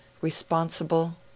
responsible